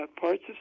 parts